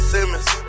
Simmons